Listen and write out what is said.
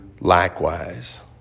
Likewise